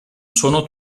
sono